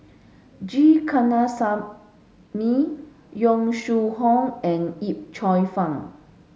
G Kandasamy Yong Shu Hoong and Yip Cheong Fun